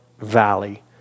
Valley